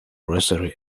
rosary